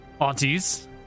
Aunties